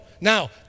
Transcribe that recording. Now